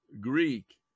Greek